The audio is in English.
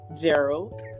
Gerald